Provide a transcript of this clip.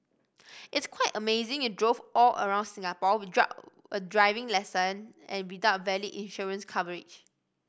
it's quite amazing you drove all around Singapore without a driving licence and without valid insurance coverage